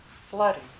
flooding